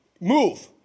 move